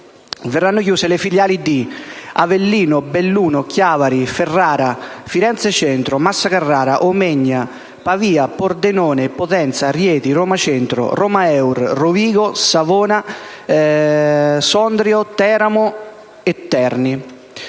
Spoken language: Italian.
verranno chiuse le filiali di Avellino, Belluno, Chiavari, Ferrara, Firenze Centro, Massa Carrara, Omegna, Pavia, Pordenone, Potenza, Rieti, Roma Centro, Roma Eur, Rovigo, Savona, Sondrio, Teramo e Terni.